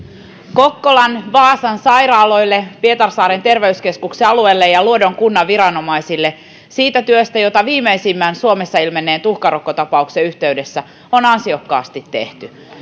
kokkolan ja vaasan sairaaloille pietarsaaren terveyskeskukselle ja luodon kunnan viranomaisille siitä työstä jota viimeisimmän suomessa ilmenneen tuhkarokkotapauksen yhteydessä on ansiokkaasti tehty